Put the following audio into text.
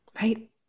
Right